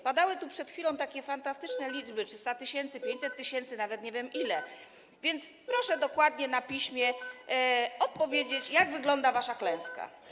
Padały tu przed chwilą takie fantastyczne liczby: 300 tys., 500 tys., nawet nie wiem ile, więc proszę na piśmie dokładnie odpowiedzieć, jak wygląda wasza klęska.